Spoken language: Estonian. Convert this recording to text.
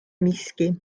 miski